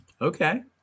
Okay